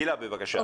גילה, בבקשה.